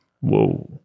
Whoa